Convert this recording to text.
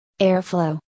Airflow